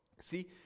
See